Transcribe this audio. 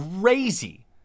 crazy